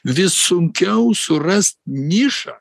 vis sunkiau surast nišą